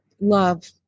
love